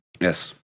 Yes